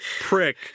prick